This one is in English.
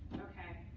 ok,